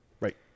Right